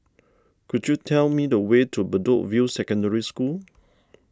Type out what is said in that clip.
could you tell me the way to Bedok View Secondary School